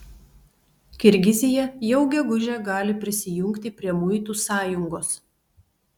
kirgizija jau gegužę gali prisijungti prie muitų sąjungos